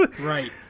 Right